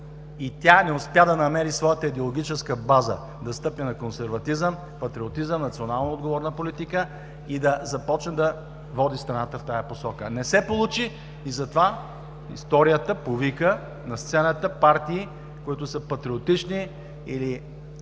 и тя не успя да намери своята идеологическа база – да стъпи на консерватизъм, патриотизъм, национално отговорна политика и да започне да води страната в тази посока. Не се получи и затова историята повика на сцената партии, които са патриотични или